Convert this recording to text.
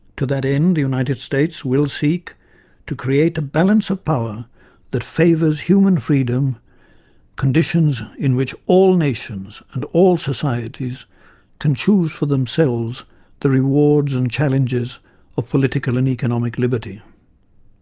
to that end, the united states will seek to create a balance of power that favours human freedom conditions in which all nations and all societies can choose for themselves the rewards and challenges of political and economic liberty.